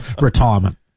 retirement